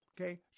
okay